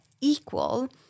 equal